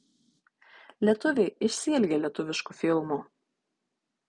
lietuviai išsiilgę lietuviškų filmų